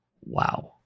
wow